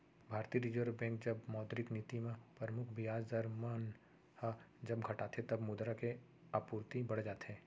भारतीय reserve bank जब मौद्रिक नीति म परमुख बियाज दर मन ह जब घटाथे तब मुद्रा के आपूरति बड़ जाथे